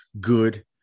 good